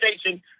station